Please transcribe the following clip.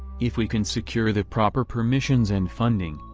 if we can secure the proper permissions and funding,